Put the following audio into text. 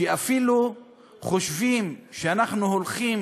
שאפילו חושבים שאנחנו הולכים